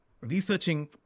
researching